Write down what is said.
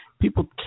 People